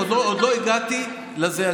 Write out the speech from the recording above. עוד לא הגעתי לזה.